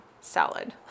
salad